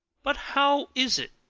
but how is it,